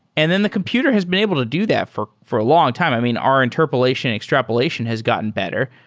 and then the computer has been able to do that for for a long time. i mean, our interpolation extrapolation has gotten better.